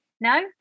No